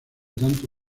tanto